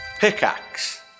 Pickaxe